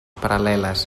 paral·leles